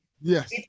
yes